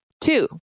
Two